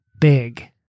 Big